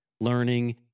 learning